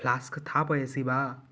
flask स्थापयसि वा